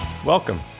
Welcome